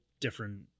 different